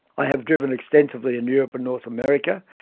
i have driven extensively in europe and north america,